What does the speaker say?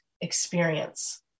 experience